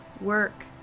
work